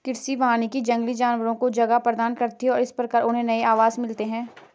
कृषि वानिकी जंगली जानवरों को जगह प्रदान करती है और इस प्रकार उन्हें नए आवास मिलते हैं